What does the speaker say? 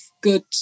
good